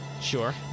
Sure